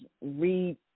read